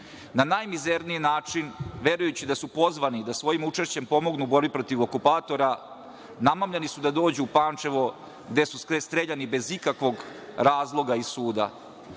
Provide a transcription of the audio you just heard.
Na najmizerniji način, verujući da su pozvani da svojim učešćem pomognu borbi protiv okupatora, namamljeni su da dođu u Pančevo gde su streljani bez ikakvog razloga i suda.